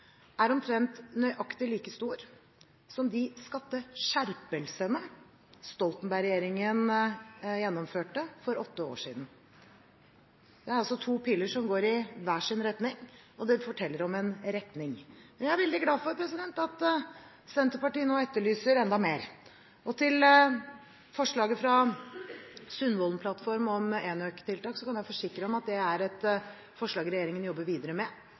er omtrent nøyaktig like stor som de skatteskjerpelsene som Stoltenberg-regjeringen gjennomførte for åtte år siden. Det er altså to piler som går i hver sin retning, og det forteller om en retning. Jeg er veldig glad for at Senterpartiet nå etterlyser enda mer. Når det gjelder forslaget fra Sundvolden-plattformen om enøktiltak, så kan jeg forsikre at dette er et forslag regjeringen jobber videre med.